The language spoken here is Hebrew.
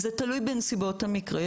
זה תלוי בנסיבות המקרה.